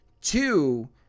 Two